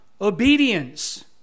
obedience